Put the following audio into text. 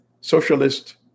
socialist